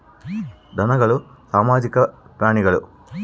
ಧನಗಳು ಸಾಮಾಜಿಕ ಪ್ರಾಣಿಗಳು